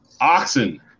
oxen